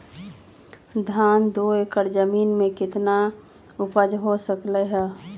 धान दो एकर जमीन में कितना उपज हो सकलेय ह?